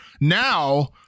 now